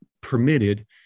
permitted